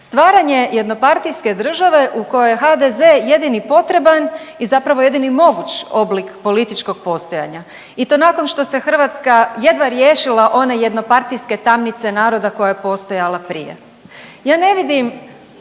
Stvaranje jednopartijske države u kojoj je HDZ-e jedini potreban i zapravo jedini moguć oblik političkog postojanja i to nakon što se Hrvatska jedva riješila one jednopartijske tamnice naroda koja je postojala prije. Ja ne vidim